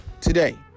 today